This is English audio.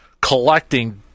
collecting